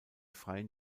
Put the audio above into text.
freien